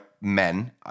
men